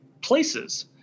places